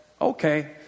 okay